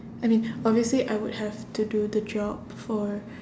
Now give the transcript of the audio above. I mean obviously I would have to do the job for